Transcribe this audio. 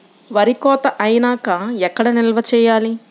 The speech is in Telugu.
వరి కోత అయినాక ఎక్కడ నిల్వ చేయాలి?